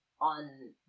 on